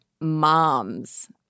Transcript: moms